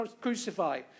crucify